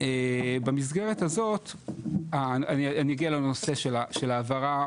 במסגרת הזאת אני אגיע לנושא של ההעברה